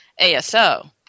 ASO